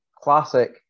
classic